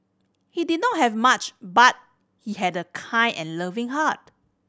he did not have much but he had a kind and loving heart